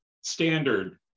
standard